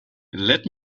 let